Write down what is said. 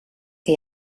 que